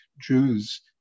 Jews